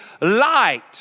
light